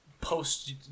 post